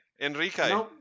Enrique